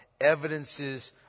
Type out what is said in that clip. Evidences